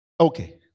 Okay